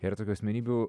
yra tokių asmenybių